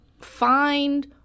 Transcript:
find